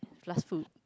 last food